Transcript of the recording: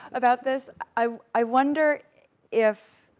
about this? i wonder if,